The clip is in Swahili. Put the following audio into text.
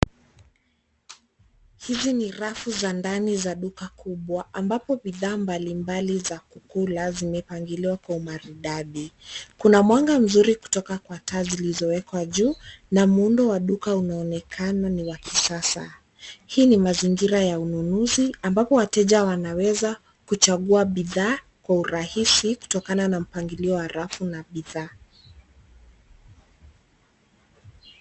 Hizi ni rafu za ndani za duka kubwa, ambapo bidhaa mbalimbali za kula zimepangwa kwa umaridadi. Kuna mwanga mzuri kutoka kwa taa zilizoko juu, na muundo wa duka unaonekana ni wa kifahari. Haya ni mazingira ya ununuzi, ambapo wateja wanaweza kuchagua bidhaa kwa urahisi kutokana na mpangilio wa rafu na bidhaa.